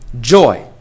joy